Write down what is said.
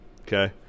Okay